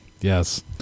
Yes